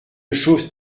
chose